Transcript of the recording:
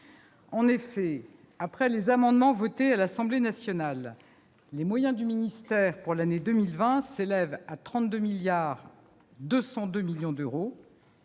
En effet, après les amendements votés à l'Assemblée nationale, les moyens du ministère pour l'année 2020 s'élèvent à 32,202 milliards d'euros.